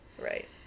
Right